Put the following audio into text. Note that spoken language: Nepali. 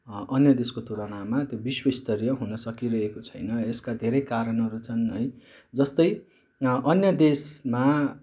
अन्य देशको तुलनामा त्यो विश्वस्तरीय हुन सकिरहेको छैन यसका धेरै कारणहरू छन् है जस्तै अन्य देशमा